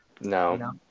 no